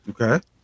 Okay